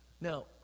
Now